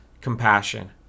compassion